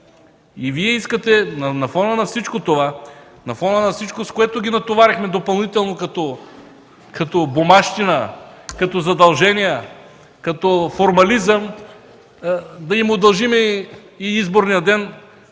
Вие искате на фона на всичко това, с което ги натоварихме допълнително като бумащина, като задължения, като формализъм, да им удължим и изборния ден,